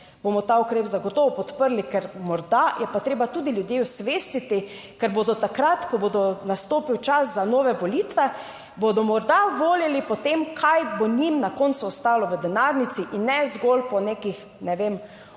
bomo ta ukrep zagotovo podprli, ker morda je pa treba tudi ljudi osvestiti. Ker bodo takrat, ko bo nastopil čas za nove volitve, bodo morda volili po tem, kaj bo njim na koncu ostalo v denarnici. In ne zgolj po nekih, ne vem, obljubah